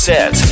Set